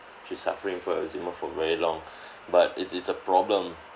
she's suffering from eczema for very long but it it's a problem